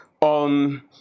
on